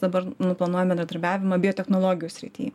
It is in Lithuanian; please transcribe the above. dabar planuojam bendradarbiavimą biotechnologijų srity